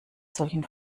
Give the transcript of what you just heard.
solchen